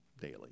daily